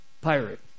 pirate